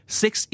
six